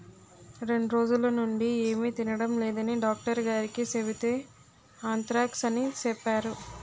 రెండ్రోజులనుండీ ఏమి తినడం లేదని డాక్టరుగారికి సెబితే ఆంత్రాక్స్ అని సెప్పేరు